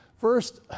first